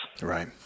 right